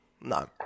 No